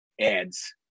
ads